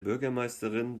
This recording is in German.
bürgermeisterin